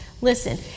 listen